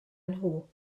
nhw